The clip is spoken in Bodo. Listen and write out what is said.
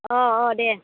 अ अ दे